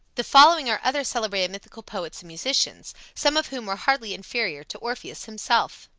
the following are other celebrated mythical poets and musicians, some of whom were hardly inferior to orpheus himself